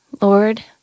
Lord